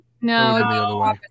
No